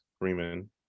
Freeman